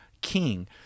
king